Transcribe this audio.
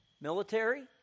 military